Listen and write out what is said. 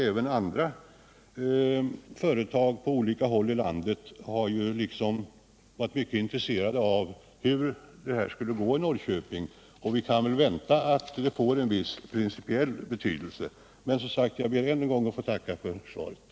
Även på andra håll i landet har man varit mycket intresserad av hur det skulle gå i Norrköping. Vi kan alltså förvänta oss att detta ställningstagande har en viss principiell betydelse. Jag ber än en gång att få tacka för svaret.